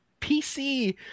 pc